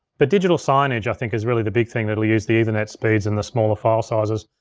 but digital signage i think, is really the big thing that'll use the ethernet speeds in the smaller file sizes.